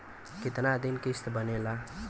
कितना दिन किस्त बनेला?